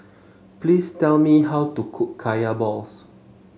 please tell me how to cook Kaya Balls